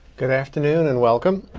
good afternoon and welcome.